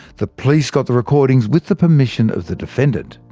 the police got the recordings with the permission of the defendant.